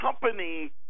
company